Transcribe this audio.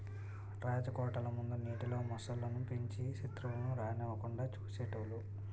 రాజకోటల ముందు నీటిలో మొసళ్ళు ను పెంచి సెత్రువులను రానివ్వకుండా చూసేటోలు